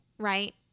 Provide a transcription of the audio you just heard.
Right